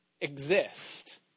exist